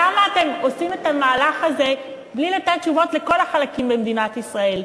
למה אתם עושים את המהלך הזה בלי לתת תשובות לכל החלקים במדינת ישראל?